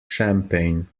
champagne